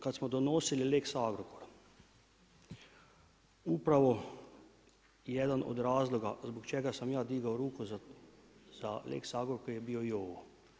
Kad smo donosili Lex Agrokor, upravo jedan od razloga zbog čega sam ja digao ruku za Lex Agrokor je bio i ovo.